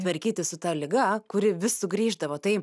tvarkytis su ta liga kuri vis sugrįždavo tai